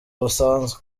busanzwe